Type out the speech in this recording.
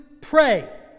pray